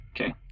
okay